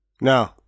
No